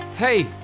Hey